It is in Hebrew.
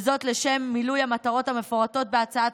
וזאת לשם מילוי המטרות המפורטות בהצעת